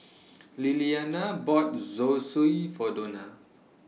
Lilliana bought Zosui For Dona